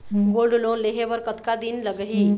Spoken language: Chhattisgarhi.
गोल्ड लोन लेहे बर कतका दिन लगही?